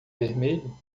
vermelho